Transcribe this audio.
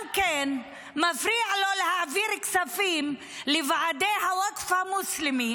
גם מפריע להעביר כספים לוועדי הווקף המוסלמי